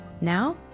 Now